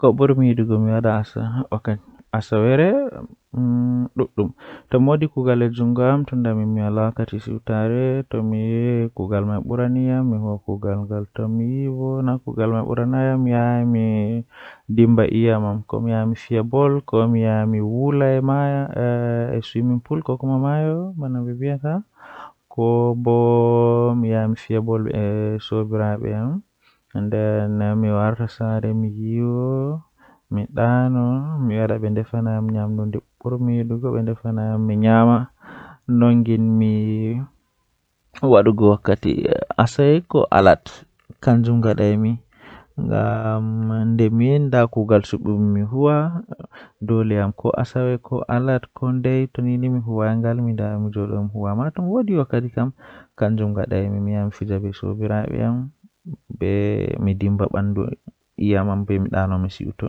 Njaram jei mi burdaa yiduki kanjum woni koka kola don balwi ni haa nder fandu manmi andaa nobe wadirta dum kam amma kanjum mi burdaa yiduki nden bo don wela m masin.